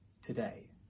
today